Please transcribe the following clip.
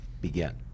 begin